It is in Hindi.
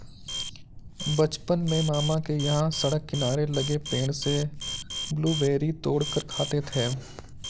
बचपन में मामा के यहां सड़क किनारे लगे पेड़ से ब्लूबेरी तोड़ कर खाते थे